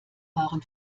waren